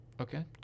Okay